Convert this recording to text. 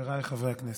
חבריי חברי הכנסת,